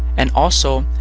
and also,